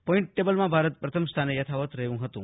point ટેબલમાં ભારત પ્રથમ નંબરે યથાવત રહ્યું હતું